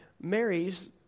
marries